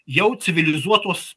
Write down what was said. jau civilizuotos